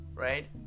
Right